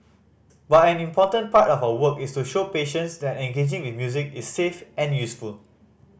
but an important part of our work is to show patients that engaging with music is safe and useful